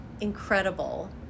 incredible